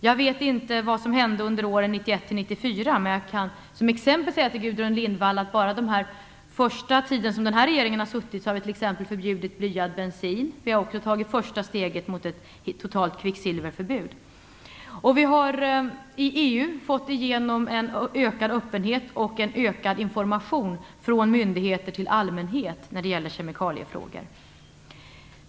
Jag vet inte vad som hände under åren 1991-1994, men jag kan som exempel nämna för Gudrun Lindvall att vi bara under den här regeringens första tid har förbjudit blyad bensin. Vi har också tagit första steget mot ett totalt kvicksilverförbud. Vidare har vi i EU fått igenom en ökad öppenhet och en ökad information från myndigheter till allmänhet när det gäller kemikaliefrågor.